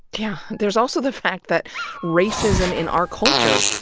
yeah. there's also the fact that racism, in our culture,